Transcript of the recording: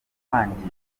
kwangirika